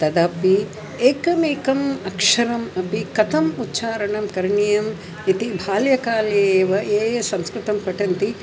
तदपि एकमेकम् अक्षरम् अपि कथम् उच्चारणं करणीयम् इति बाल्यकाले एव ये ये संस्कृतं पठन्ति